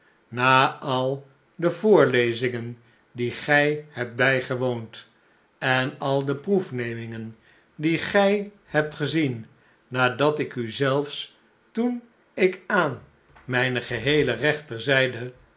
na al de voorlezingen die gij hebt bijgewoond en al de proefnemingen die gij hebt gezien nadat ik u zelfs toen ik aan mijne geheele rechterzijde